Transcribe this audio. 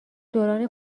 دوران